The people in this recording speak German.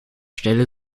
stelle